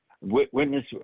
Witness